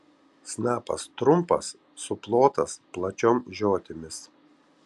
snapas trumpas suplotas plačiom žiotimis